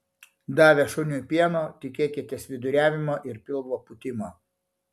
davę šuniui pieno tikėkitės viduriavimo ir pilvo pūtimo